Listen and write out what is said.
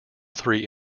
three